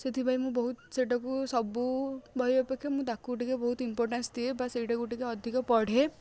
ସେଥିପାଇଁ ମୁଁ ବହୁତ ସେଇଟାକୁ ସବୁ ବହି ଅପେକ୍ଷା ମୁଁ ତାକୁ ଟିକେ ବହୁତ ଇମ୍ପୋର୍ଟାନ୍ସ ଦିଏ ବା ସେଇଟାକୁ ଟିକେ ଅଧିକ ପଢ଼େ